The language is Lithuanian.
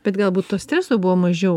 bet galbūt to streso buvo mažiau